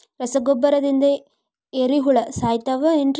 ರಸಗೊಬ್ಬರದಿಂದ ಏರಿಹುಳ ಸಾಯತಾವ್ ಏನ್ರಿ?